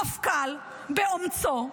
המפכ"ל, באומצו,